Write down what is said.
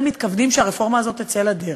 הם בעצם מתכוונים שהרפורמה הזאת תצא לדרך?